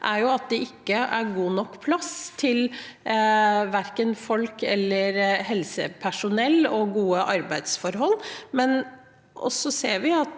er at det ikke er god nok plass til verken folk, helsepersonell eller gode arbeidsforhold.